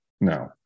no